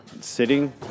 sitting